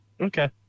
Okay